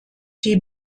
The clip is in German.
die